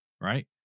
right